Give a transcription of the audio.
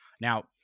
Now